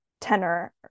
tenor